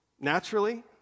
naturally